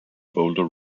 boulder